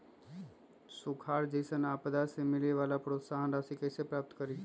सुखार जैसन आपदा से मिले वाला प्रोत्साहन राशि कईसे प्राप्त करी?